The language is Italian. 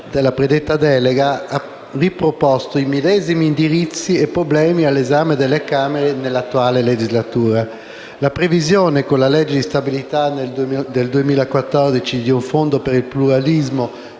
della predetta delega ha riproposto i medesimi indirizzi e problemi all'esame delle Camere nell'attuale legislatura. La previsione, con la legge di stabilità del 2014, di un Fondo per il pluralismo